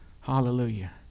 Hallelujah